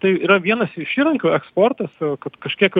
tai yra vienas iš įrankių eksportas kad kažkiek